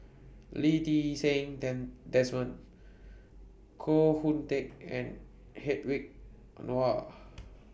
Lee Ti Seng Desmond Koh Hoon Teck and Hedwig Anuar